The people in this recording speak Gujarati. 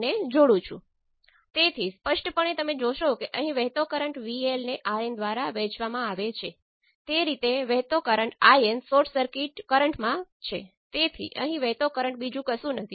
Z11 જે તમે કહી શકો છો કે પોર્ટ 2 સાથે પોર્ટ 2 ઓપન સર્કિટ સિવાય બીજું કંઈ નથી